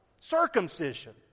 Circumcision